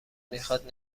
میخاد